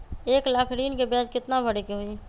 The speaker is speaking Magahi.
एक लाख ऋन के ब्याज केतना भरे के होई?